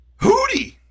Hootie